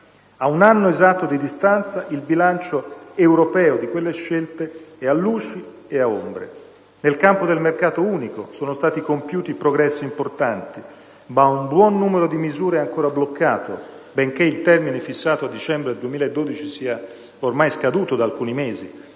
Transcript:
A un anno esatto di distanza, il bilancio europeo di quelle scelte è a luci e a ombre. Nel campo del mercato unico sono stati compiuti progressi importanti, ma un buon numero di misure è ancora bloccato, benché il termine fissato a dicembre 2012 sia ormai scaduto da alcuni mesi.